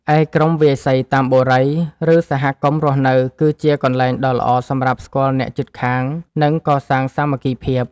ឯក្រុមវាយសីតាមបុរី ឬសហគមន៍រស់នៅ គឺជាកន្លែងដ៏ល្អសម្រាប់ស្គាល់អ្នកជិតខាង និងកសាងសាមគ្គីភាព។